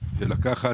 לעצם העניין,